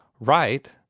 right?